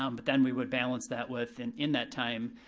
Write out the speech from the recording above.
um but then we would balance that with, and in that time,